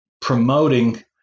promoting